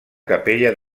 capella